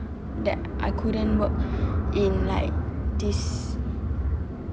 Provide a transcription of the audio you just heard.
that I couldn't work in like this